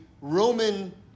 Roman